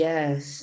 Yes